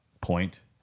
point